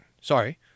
Sorry